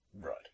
Right